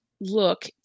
look